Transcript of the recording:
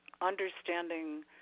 understanding